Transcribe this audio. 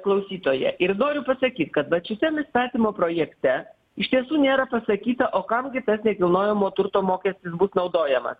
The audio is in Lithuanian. klausytoja ir noriu pasakyt kad vat šitam įstatymo projekte iš tiesų nėra pasakyta o kam gi tas nekilnojamo turto mokestis bus naudojamas